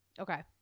Okay